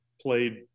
played